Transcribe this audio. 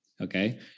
okay